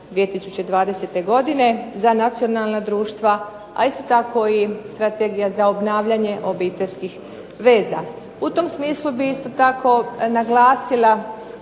2020. godine za nacionalna društva a isto tako i Strategija za obnavljanje obiteljskih veza. U to smislu bih isto tako naglasila